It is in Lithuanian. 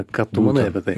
ką tu manai apie tai